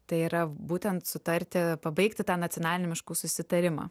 tai yra būtent sutarti pabaigti tą nacionalinių miškų susitarimą